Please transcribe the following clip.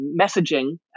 messaging